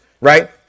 right